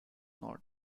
not